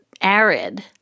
arid